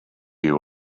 you